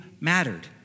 mattered